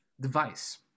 device